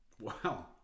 Wow